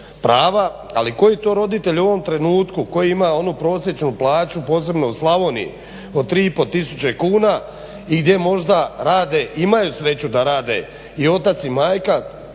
ali koji to roditelj u ovom trenutku koji ima onu prosječnu plaću posebno u Slavoniji od 3,5 tisuće kuna i gdje možda imaju sreću da rade i otac i majka,